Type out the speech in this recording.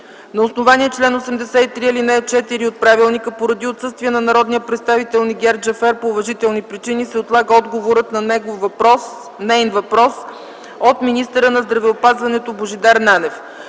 На основание чл. 83, ал. 4 от правилника, поради отсъствие на народния представител Нигяр Джафер по уважителни причини, се отлага отговорът на неин въпрос от министъра на здравеопазването Божидар Нанев.